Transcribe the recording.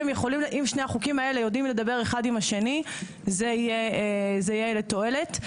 אם שני החוקים האלה יודעים לדבר אחד עם השני זה יהיה תועלת.